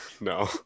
No